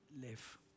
live